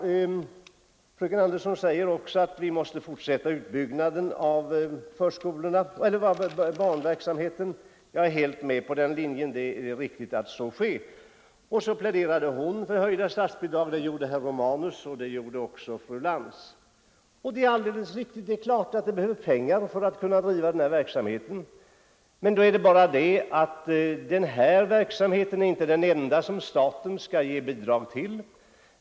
Fröken Andersson sade också att vi måste fortsätta med utbyggnaden av barntillsynsverksamheten. Jag är helt med på den linjen, det är riktigt att så bör ske. Vidare pläderade hon liksom herr Romanus och fru Lantz för höjda statsbidrag. Det är klart att det behövs pengar för att driva den här verksamheten. Men den är inte den enda verksamhet som staten skall ge bidrag till.